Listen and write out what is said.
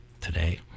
today